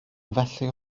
felly